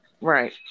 Right